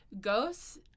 ghosts